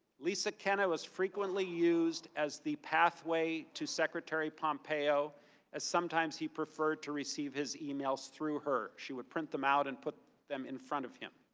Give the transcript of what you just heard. lisa kenna was frequently used as the pathway to secretary pompeo as sometimes he preferred to receive his emails through her. she would print them out and put them in front of him.